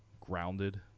grounded